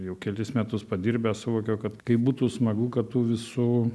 jau kelis metus padirbęs suvokiau kad kaip būtų smagu kad tų visų